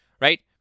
right